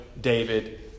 David